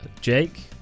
Jake